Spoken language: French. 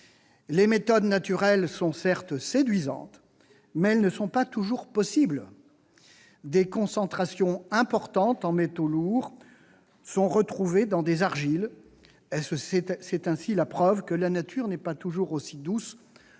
Les méthodes naturelles sont certes séduisantes, mais elles ne sont pas toujours possibles. Des concentrations importantes en métaux lourds sont retrouvées dans des argiles. C'est la preuve que la nature n'est pas toujours aussi douce